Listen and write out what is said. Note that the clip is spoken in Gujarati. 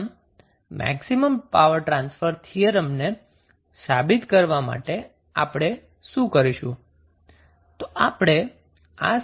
આમ મેકિસમમ પાવર ટ્રાન્સફર થિયરમને સાબિત કરવા માટે આપણે શું કરીશું